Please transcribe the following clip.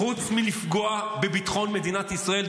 חוץ מלפגוע בביטחון מדינת ישראל,